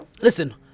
listen